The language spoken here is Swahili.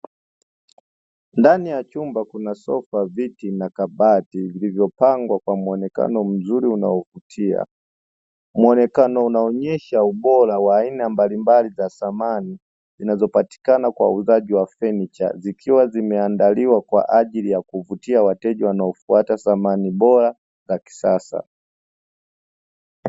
Ndani ya chumba kuna sofa, viti na kabati vilivyopangwa kwa muonekano mzuri unaovutia; muonekano unaonyesha ubora wa aina mbalimbali za samani zinazopatikana kwa wauzaji wa fanicha, zikiwa zimeandaliwa kwa ajili ya kuvutia wateja wanao fata samani bora za kisasa.